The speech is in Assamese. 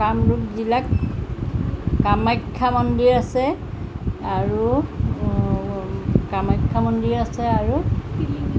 কামৰূপ জিলাত কামাখ্যা মন্দিৰ আছে আৰু কামাখ্যা মন্দিৰ আছে আৰু